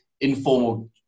informal